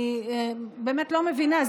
אני באמת לא מבינה.